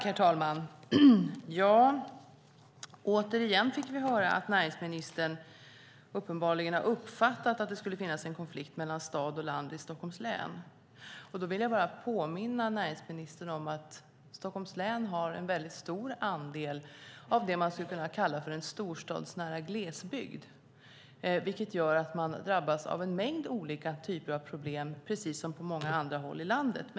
Herr talman! Återigen fick vi höra att näringsministern uppenbarligen har uppfattat att det skulle finnas en konflikt mellan stad och land i Stockholms län. Då vill jag bara påminna näringsministern om att Stockholms län har en väldigt stor andel av det man skulle kunna kalla för en storstadsnära glesbygd, och det gör att man drabbas en mängd olika typer av problem, precis som på många andra håll i landet.